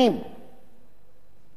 אי-אפשר לחוקק חוק